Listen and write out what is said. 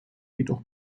jedoch